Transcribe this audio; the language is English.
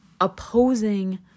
opposing